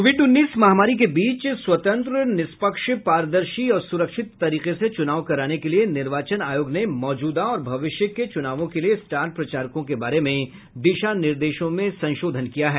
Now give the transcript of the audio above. Covid उन्नीस महामारी के बीच स्वतंत्र निष्पक्ष पारदर्शी और स्रक्षित तरीके से चुनाव कराने के लिए निर्वाचन आयोग ने मौजूदा और भविष्य के चुनावों के लिए स्टार प्रचारकों के बारे में दिशा निर्देशों में संशोधन किया है